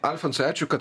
alfonsai ačiū kad